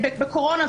בקורונה,